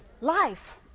Life